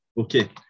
Okay